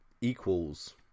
equals